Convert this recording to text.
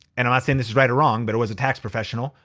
and i'm not saying this is right or wrong, but it was a tax professional,